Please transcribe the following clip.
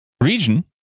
region